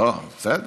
בסדר,